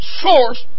source